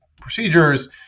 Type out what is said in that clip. procedures